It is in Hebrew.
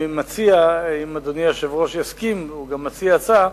אם אדוני היושב-ראש מסכים, והוא גם מציע ההצעה,